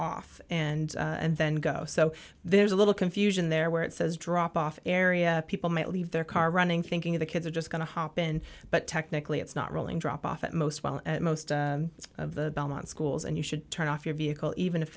off and and then go so there's a little confusion there where it says drop off area people might leave their car running thinking the kids are just going to hop in but technically it's not rolling drop off at most while at most of the belmont schools and you should turn off your vehicle even if